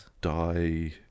Die